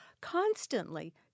constantly